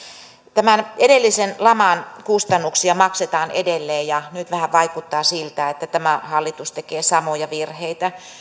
tämän edellisen laman kustannuksia maksetaan edelleen ja nyt vähän vaikuttaa siltä että tämä hallitus tekee samoja virheitä